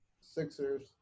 Sixers